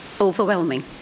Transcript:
overwhelming